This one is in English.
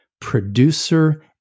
producer